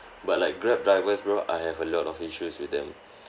but like Grab drivers bro I have a lot of issues with them